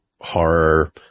horror